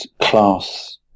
class